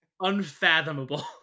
unfathomable